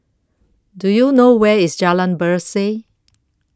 Do YOU know Where IS Jalan Berseh